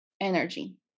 Energy